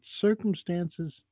circumstances